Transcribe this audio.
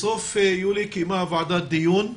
בסוף יולי קיימה הוועדה דיון,